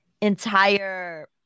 entire